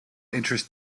interest